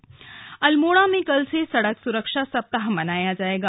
सड़क सुरक्षा सप्ताह अल्मोड़ा में कल से सड़क सुरक्षा सप्ताह मनाया जाएगा